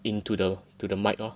into the to the mic lor